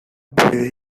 puede